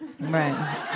Right